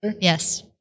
Yes